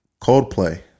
Coldplay